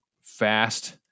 fast